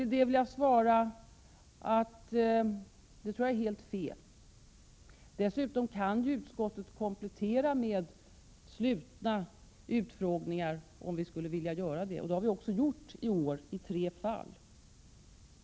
På det vill jag svara: Jag tror det är helt fel. Dessutom kan utskottet komplettera med slutna utfrågningar, om vi skulle vilja göra det. Vi har också gjort det i tre fall i år.